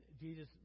Jesus